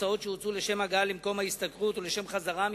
הוצאות שהוצאו לשם הגעה למקום ההשתכרות ולשם חזרה ממנו,